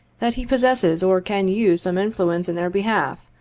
that he possesses or can use some influence in their behalf,